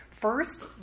First